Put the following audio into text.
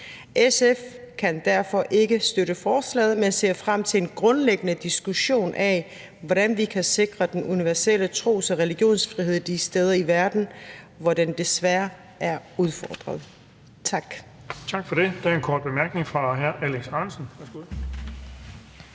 SF kan derfor ikke støtte forslaget, men ser frem til en grundlæggende diskussion af, hvordan vi kan sikre den universelle tros- og religionsfrihed de steder i verden, hvor den desværre er udfordret. Tak.